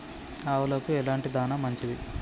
ఆవులకు ఎలాంటి దాణా మంచిది?